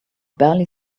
barely